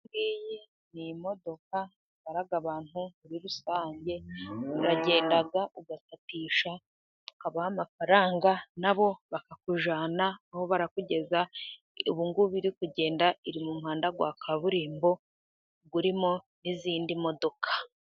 Iyi ngiyi ni imodoka itwara abantu muri rusange, uragenda ugakatisha, ukabaha amafaranga na bo bakakujyana aho barakugeza, ubu ngubu iri kugenda iri muhanda wa kaburimbo, urimo n'izindi modoka.